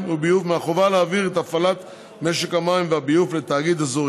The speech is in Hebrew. וביוב מהחובה להעביר את הפעלת משק המים והביוב לתאגיד אזורי.